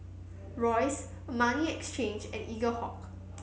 Royce Armani Exchange and Eaglehawk